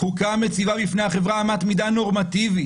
חוקה מציבה בפני החברה אמת מידה נורמטיבית.